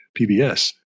PBS